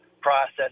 process